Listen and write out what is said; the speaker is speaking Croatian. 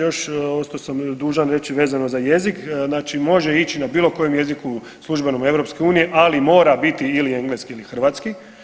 još ostao sam dužan reći vezano za jezik, znači može ići na bilo kojem jeziku službenom EU ali mora biti ili engleski ili hrvatski.